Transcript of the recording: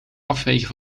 afvegen